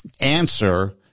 answer